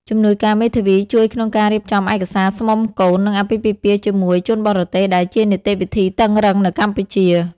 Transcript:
ជំនួយការមេធាវីជួយក្នុងការរៀបចំឯកសារស្មុំកូន និងអាពាហ៍ពិពាហ៍ជាមួយជនបរទេស ដែលជានីតិវិធីតឹងរ៉ឹងនៅកម្ពុជា។